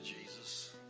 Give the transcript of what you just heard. Jesus